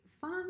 fun